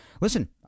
listen